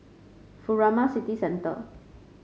Furama City Centre